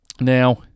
Now